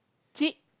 cheat